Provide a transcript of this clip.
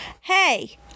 Hey